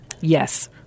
Yes